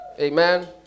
amen